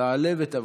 תעלה ותבוא.